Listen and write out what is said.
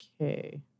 Okay